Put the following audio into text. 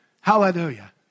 Hallelujah